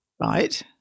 Right